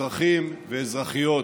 אזרחים ואזרחיות,